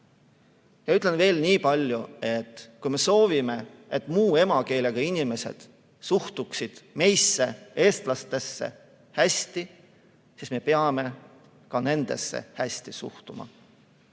Ütlen veel nii palju, et kui me soovime, et muu emakeelega inimesed suhtuksid meisse, eestlastesse, hästi, siis me peame ka nendesse hästi suhtuma